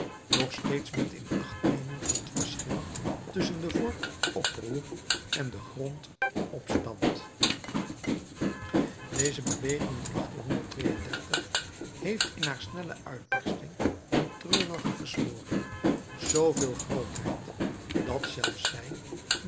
doch steeds met inachtneming van het verschil tusschen den vorm oproer en den grond opstand deze beweging in heeft in haar snelle uitbarsting en treurige versmoring zooveel grootheid dat zelfs zij